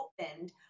opened